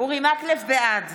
בעד